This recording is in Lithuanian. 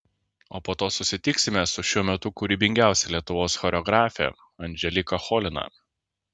o po to susitiksime su šiuo metu kūrybingiausia lietuvos choreografe andželika cholina